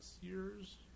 years